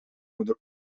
moeder